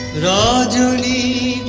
raw a